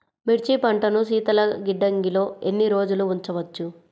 మిర్చి పంటను శీతల గిడ్డంగిలో ఎన్ని రోజులు ఉంచవచ్చు?